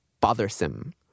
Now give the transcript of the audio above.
bothersome